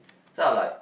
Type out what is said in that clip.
so I'm like